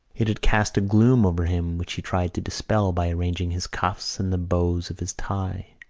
it had cast a gloom over him which he tried to dispel by arranging his cuffs and the bows of his tie.